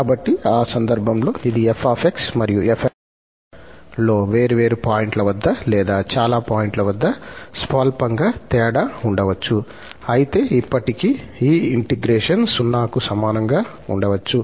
కాబట్టి ఆ సందర్భంలో ఇది 𝑓𝑥 మరియు 𝑓𝑛𝑥 లో వేర్వేరు పాయింట్ల వద్ద లేదా చాలా పాయింట్ల వద్ద స్వల్పంగా తేడా ఉండవచ్చు అయితే ఇప్పటికీ ఈ ఇంటెగ్రేషన్ 0 కి సమానంగా ఉండవచ్చు